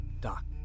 Doc